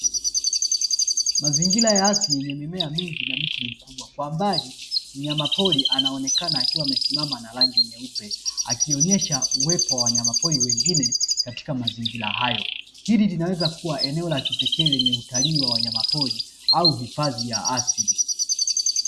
Mazingira ya asili yenye mimea mingi na miti mikubwa. Kwa mbali, mnyamapori anaonekana akiwa amesimama na rangi nyeupe, akionyesha uwepo wa wanyamapori wengine katika mazingira hayo. Hili linaweza kuwa eneo la kipekee lenye utalii wa wanyamapori au hifadhi ya asili.